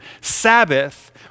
Sabbath